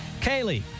Kaylee